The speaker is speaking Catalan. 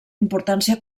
importància